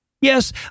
Yes